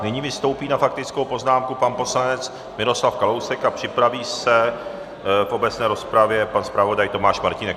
Nyní vystoupí na faktickou poznámku pan poslanec Miroslav Kalousek a připraví se v obecné rozpravě pan zpravodaj Tomáš Martínek.